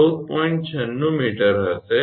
96 𝑚 હશે